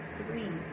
three